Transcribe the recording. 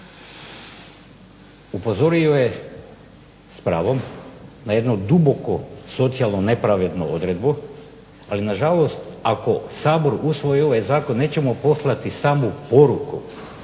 Upozorio je s pravom na jedno duboko socijalnu nepravednu odredbu, ali ako Sabor usvoji ovaj Zakon nećemo poslati samo poruku